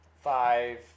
five